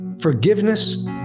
forgiveness